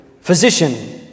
physician